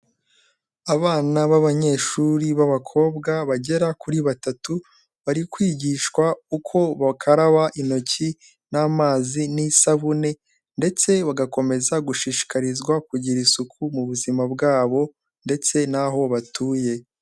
Abana b'abanyeshuri b'abakobwa bagera kuri batatu, bari kwigishwa uko bakaraba intoki n'amazi n'isabune ndetse bagakomeza gushishikarizwa kugira isuku mu buzima bwabo ndetse n'aho batuye.